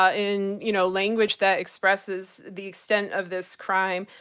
ah in you know language that expresses the extent of this crime,